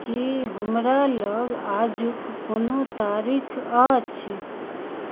की हमरा लग आजुक कोनो तारीख अछि